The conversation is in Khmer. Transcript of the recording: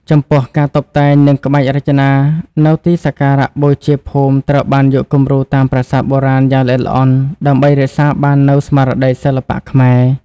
ចំពោះ ការតុបតែងនិងក្បាច់រចនានៅទីសក្ការៈបូជាភូមិត្រូវបានយកគំរូតាមប្រាសាទបុរាណយ៉ាងល្អិតល្អន់ ដើម្បីរក្សាបាននូវ ស្មារតីសិល្បៈខ្មែរ ។